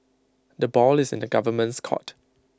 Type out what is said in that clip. the ball is in the government's court